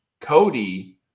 Cody